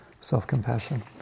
self-compassion